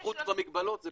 בחוץ במגבלות,